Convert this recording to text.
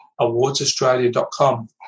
awardsaustralia.com